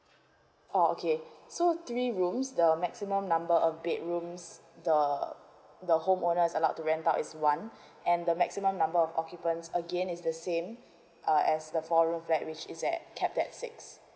orh okay so three room the maximum number of bedrooms the the home owner is allowed to rent out is one and the maximum number of occupants again is the same uh as the four room flat which is at capped at six